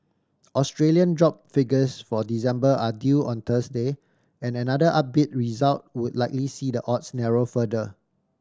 Australian job figures for December are due on Thursday and another upbeat result would likely see the odds narrow further